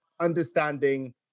understanding